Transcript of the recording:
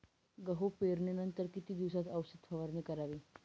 गहू पेरणीनंतर किती दिवसात औषध फवारणी करावी?